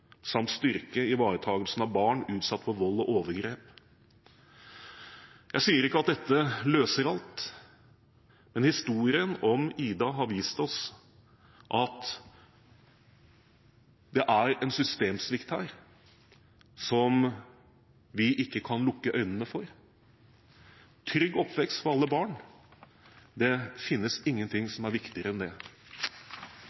samt styrke ivaretakelsen av barn utsatt for vold og overgrep. Jeg sier ikke at dette løser alt, men historien om «Ida» har vist oss at det er en systemsvikt her som vi ikke kan lukke øynene for. Trygg oppvekst for alle barn – det finnes ingenting